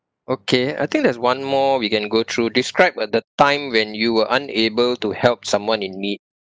okay I think there's one more we can go through describe a the time when you were unable to help someone in need